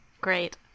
Great